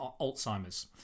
Alzheimer's